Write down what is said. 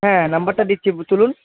হ্যাঁ নম্বরটা দিচ্ছি তুলুন